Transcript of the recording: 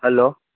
hello